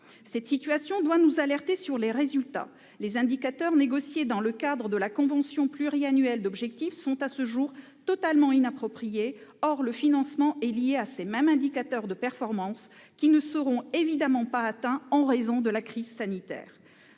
Cette situation doit nous alerter sur les résultats : les indicateurs négociés dans le cadre de la convention pluriannuelle d'objectifs sont, à ce jour, totalement inappropriés. Or le financement est lié à ces mêmes indicateurs de performance qui ne seront évidemment pas atteints en raison de la crise sanitaire.